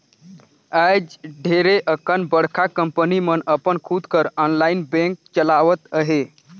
आएज ढेरे अकन बड़का कंपनी मन अपन खुद कर आनलाईन बेंक चलावत अहें